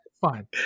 Fine